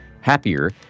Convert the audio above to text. happier